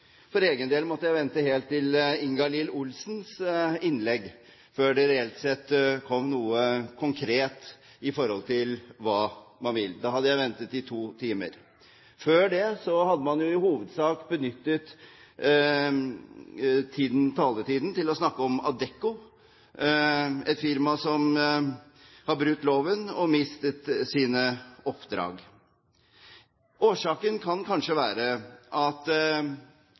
For egen del måtte jeg vente helt til Ingalill Olsens innlegg før det reelt sett kom noe konkret om hva man vil. Da hadde jeg ventet i to timer. Før det hadde man i hovedsak benyttet taletiden til å snakke om Adecco, et firma som har brutt loven og mistet sine oppdrag. Årsaken kan kanskje være at